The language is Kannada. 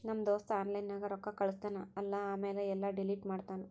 ನಮ್ ದೋಸ್ತ ಆನ್ಲೈನ್ ನಾಗ್ ರೊಕ್ಕಾ ಕಳುಸ್ತಾನ್ ಅಲ್ಲಾ ಆಮ್ಯಾಲ ಎಲ್ಲಾ ಡಿಲೀಟ್ ಮಾಡ್ತಾನ್